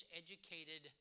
educated